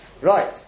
Right